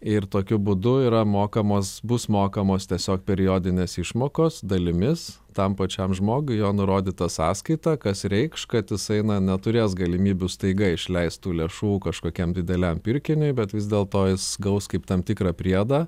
ir tokiu būdu yra mokamos bus mokamos tiesiog periodinės išmokos dalimis tam pačiam žmogui jo nurodyta sąskaita kas reikš kad jisai na neturės galimybių staiga išleist tų lėšų kažkokiam dideliam pirkiniui bet vis dėlto jis gaus kaip tam tikrą priedą